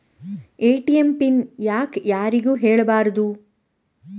ATM PIN ಯಾಕ್ ಯಾರಿಗೂ ಹೇಳಬಾರದು?